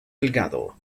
delgado